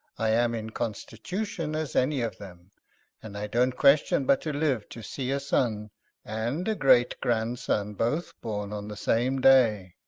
i am in constitution as any of them and i don't question but to live to see a son and a great grandson both born on the same day.